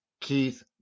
Keith